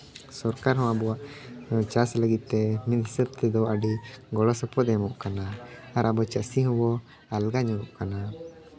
ᱥᱚᱨᱠᱟᱨ ᱦᱚᱸ ᱟᱵᱚᱣᱟᱜ ᱪᱟᱥ ᱞᱟᱹᱜᱤᱫ ᱛᱮ ᱢᱤᱫ ᱦᱤᱥᱟᱹᱵ ᱛᱮᱫᱚ ᱟᱹᱰᱤ ᱜᱚᱲᱚ ᱥᱚᱯᱚᱦᱚᱫ ᱮ ᱮᱢᱚᱜ ᱠᱟᱱᱟ ᱟᱨ ᱟᱵᱚ ᱪᱟᱹᱥᱤ ᱦᱚᱵᱚ ᱟᱞᱜᱟ ᱧᱚᱜᱚᱜ ᱠᱟᱱᱟ